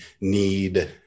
need